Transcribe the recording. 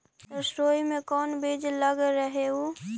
सरसोई मे कोन बीज लग रहेउ?